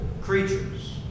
creatures